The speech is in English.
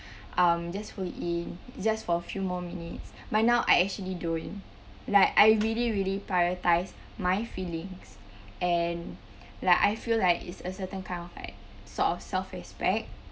um just hold it in just for a few more minutes but now I actually don't like I really really prioritise my feelings and like I feel like it's a certain kind of like sort of self respect